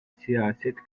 siyaset